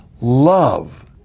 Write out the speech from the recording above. Love